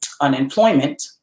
unemployment